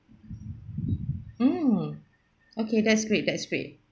mm okay that's great that's great